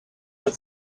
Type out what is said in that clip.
but